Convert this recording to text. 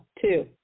Two